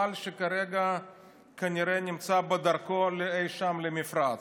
שכרגע כנראה נמצא בדרכו אי שם למפרץ.